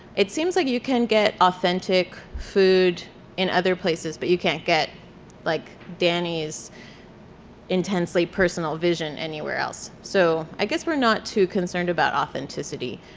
it seems like you can get authentic food in other places but you can't get like danny's intensely personal vision anywhere else, so i guess we're not too concerned about authenticity.